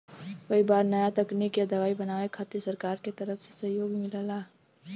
कई बार नया तकनीक या दवाई बनावे खातिर सरकार के तरफ से सहयोग मिलला